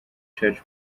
church